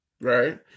right